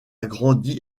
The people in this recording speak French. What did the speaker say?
grandi